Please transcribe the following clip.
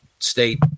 State